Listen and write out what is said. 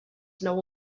know